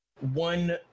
one